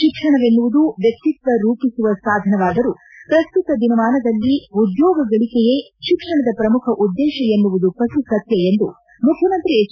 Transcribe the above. ಶಿಕ್ಷಣವೆನ್ನುವುದು ವ್ಯಕ್ತಿಕ್ವ ರೂಪಿಸುವ ಸಾಧನವಾದರೂ ಪ್ರಸ್ತುತ ದಿನಮಾನದಲ್ಲಿ ಉದ್ಯೋಗಗಳಿಕೆಯೇ ಶಿಕ್ಷಣದ ಪ್ರಮುಖ ಉದ್ದೇಶ ಎನ್ನುವುದು ಕಟು ಸತ್ಯ ಎಂದು ಮುಖ್ಯಮಂತ್ರಿ ಎಚ್